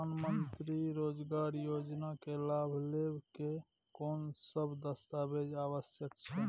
प्रधानमंत्री मंत्री रोजगार योजना के लाभ लेव के कोन सब दस्तावेज आवश्यक छै?